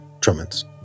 Drummond's